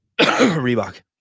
Reebok